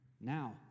Now